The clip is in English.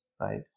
right